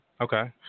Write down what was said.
Okay